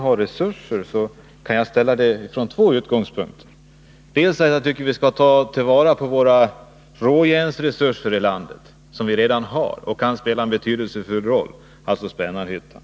Herr talman! Jag tycker att vi skall ta till vara de råjärnsresurser som vi har i landet. Vi skall alltså behålla Spännarhyttan.